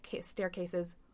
staircases